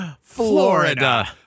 Florida